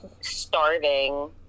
starving